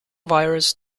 virus